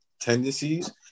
Tendencies